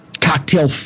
cocktail